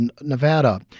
Nevada